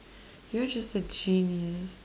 you're just a genius